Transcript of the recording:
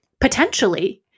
potentially